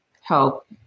help